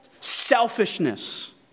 selfishness